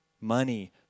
Money